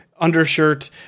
Undershirt